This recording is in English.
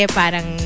parang